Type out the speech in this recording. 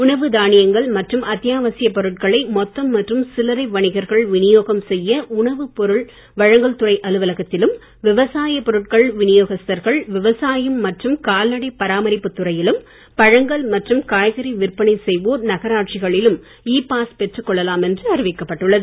உணவு தானியங்கள் மற்றும் அத்தியாவசியப் பொருட்களை மொத்தம் மற்றும் சில்லரை வணிகர்கள் விநியோகம் செய்ய உணவு பொருள் வழங்கல் துறை அலுவலகத்திலும் விவசாய பொருட்கள் விநியோகஸ்தர்கள் விவசாயம் மற்றும் கால்நடை பராமரிப்பு துறையிலும் பழங்கள் மற்றும் காய்கறி விற்பனை செய்வோர் நகராட்சிகளிலும் இ பாஸ் பெற்றுக் கொள்ளலாம் என்று அறிவிக்கப்பட்டுள்ளது